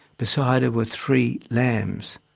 beside her were three lambs,